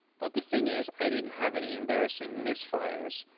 but the thing is. i didn't have any embarrassing misfires,